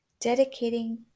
dedicating